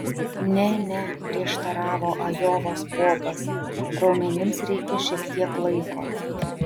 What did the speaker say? ne ne prieštaravo ajovos bobas raumenims reikia šiek tiek laiko